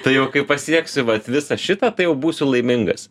tai jau kai pasieksiu vat visą šitą tai jau būsiu laimingas